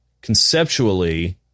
Conceptually